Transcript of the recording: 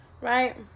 right